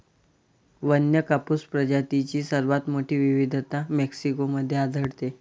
वन्य कापूस प्रजातींची सर्वात मोठी विविधता मेक्सिको मध्ये आढळते